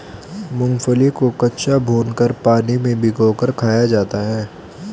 मूंगफली को कच्चा, भूनकर, पानी में भिगोकर खाया जाता है